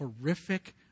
horrific